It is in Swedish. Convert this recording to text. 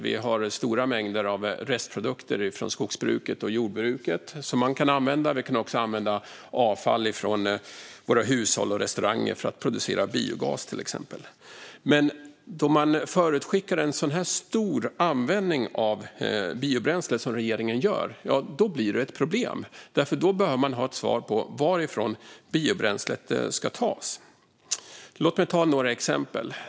Vi har stora mängder restprodukter från skogs och jordbruket, som kan användas. Vi kan också använda avfall från våra hushåll och restauranger för att producera biogas, till exempel. Men när man förutskickar en så stor användning av biobränsle som regeringen gör blir det ett problem. Då behöver man ha svar på varifrån biobränslet ska tas. Låt mig ta några exempel.